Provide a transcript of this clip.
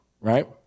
right